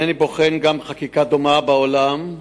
אני בוחן גם חקיקה דומה בעולם.